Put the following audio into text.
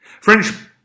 French